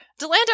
Delando